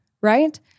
right